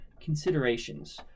considerations